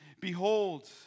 Behold